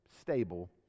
stable